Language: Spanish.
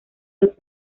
los